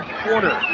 quarter